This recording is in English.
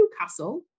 Newcastle